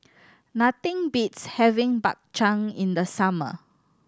nothing beats having Bak Chang in the summer